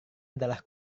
adalah